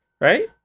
Right